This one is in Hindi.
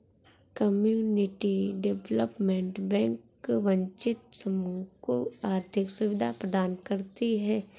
कम्युनिटी डेवलपमेंट बैंक वंचित समूह को आर्थिक सुविधा प्रदान करती है